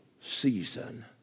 season